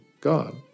God